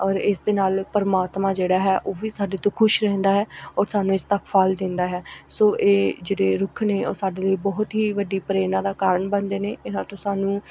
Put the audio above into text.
ਔਰ ਇਸ ਦੇ ਨਾਲ ਪਰਮਾਤਮਾ ਜਿਹੜਾ ਹੈ ਉਹ ਵੀ ਸਾਡੇ ਤੋਂ ਖੁਸ਼ ਰਹਿੰਦਾ ਹੈ ਔਰ ਸਾਨੂੰ ਇਸਦਾ ਫਲ ਦਿੰਦਾ ਹੈ ਸੋ ਇਹ ਜਿਹੜੇ ਰੁੱਖ ਨੇ ਉਹ ਸਾਡੇ ਲਈ ਬਹੁਤ ਹੀ ਵੱਡੀ ਪ੍ਰੇਰਨਾ ਦਾ ਕਾਰਨ ਬਣਦੇ ਨੇ ਇਹਨਾਂ ਤੋਂ ਸਾਨੂੰ